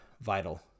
vital